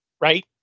right